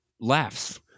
laughs